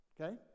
okay